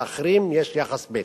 לאחרים יש יחס ב',